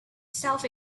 self